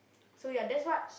so ya that's what